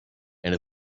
and